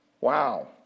Wow